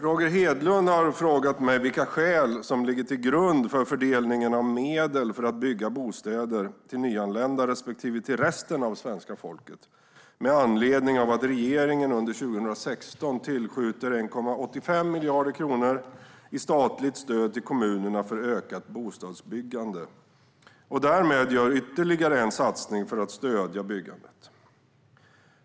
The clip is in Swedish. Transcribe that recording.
Roger Hedlund har frågat mig vilka skäl som ligger till grund för fördelningen av medel för att bygga bostäder till nyanlända respektive till resten av det svenska folket, med anledning av att regeringen under 2016 tillskjuter 1,85 miljarder kronor i statligt stöd till kommunerna för ökat bostadsbyggande och därmed gör ytterligare en satsning för att stödja byggandet.